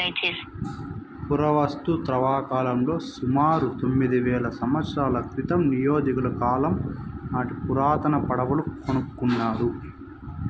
పురావస్తు త్రవ్వకాలలో సుమారు తొమ్మిది వేల సంవత్సరాల క్రితం నియోలిథిక్ కాలం నాటి పురాతన పడవలు కనుకొన్నారు